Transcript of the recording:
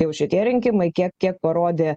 jau šitie rinkimai kiek kiek parodė